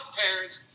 parents